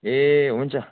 ए हुन्छ